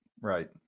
Right